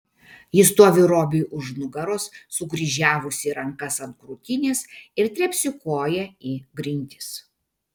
ji stovi robiui už nugaros sukryžiavusi rankas ant krūtinės ir trepsi koja į grindis